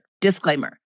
Disclaimer